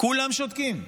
וכולם שותקים.